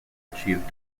achieved